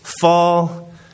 fall